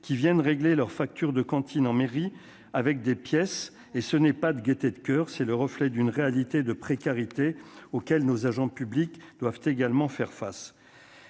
qui viennent régler leurs factures de cantine en mairie avec des pièces et ce n'est pas de gaieté de coeur, c'est le reflet d'une réalité de précarité auquel nos agents publics doivent également faire face,